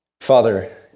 Father